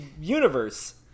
universe